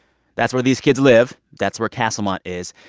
that's where these kids live. that's where castlemont is.